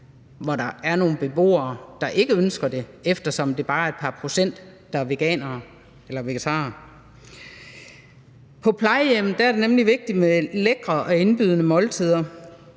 hvor der er nogle beboere, der ikke ønsker det, eftersom det bare er et par procent, der er veganere eller vegetarer. På plejehjem er det nemlig vigtigt med lækre og indbydende måltider,